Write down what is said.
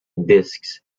discs